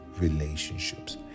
relationships